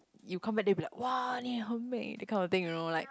you come back then they will be like !wah! 你很美 that kind of thing you know like